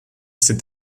sind